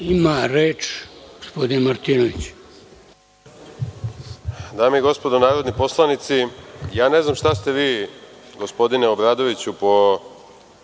Ima reč gospodin Martinović.